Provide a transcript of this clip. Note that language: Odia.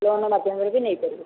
ଲୋନ୍ ମାଧ୍ୟମରେ ବି ନେଇପାରିବେ